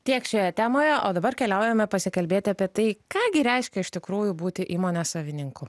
tiek šioje temoje o dabar keliaujame pasikalbėti apie tai ką gi reiškia iš tikrųjų būti įmonės savininku